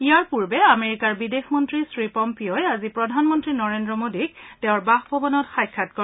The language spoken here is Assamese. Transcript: ইয়াৰ পূৰ্বে আমেৰিকাৰ বিদেশমন্তী শ্ৰী পম্পীয়োই আজি প্ৰধানমন্তী নৰেন্দ্ৰ মোডীক তেওঁৰ বাসভৱনত সাক্ষাৎ কৰে